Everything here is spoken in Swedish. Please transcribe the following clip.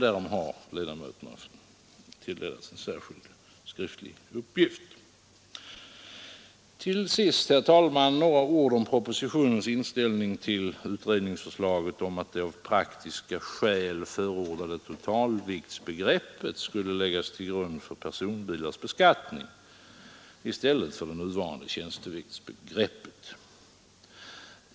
Härom har till ledamöterna utdelats en särskild, skriftlig uppgift. Till sist, herr talman, några ord om propositionens inställning till utredningsförslaget om att det av praktiska skäl förordade totalviktsbegreppet skulle läggas till grund för personbilars beskattning i stället för det nuvarande tjänsteviktsbegreppet.